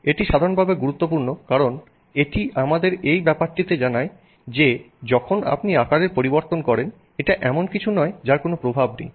এটি সাধারণভাবে গুরুত্বপূর্ণ কারণ এটি আমাদের এই একটি ব্যাপারে জানায় যে যখন আপনি আকারের পরিবর্তন করেন এটা এমন কিছু নয় যার কোনো প্রভাব নেই